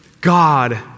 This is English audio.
God